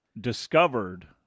discovered